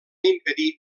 impedir